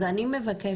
אז אני מבקשת,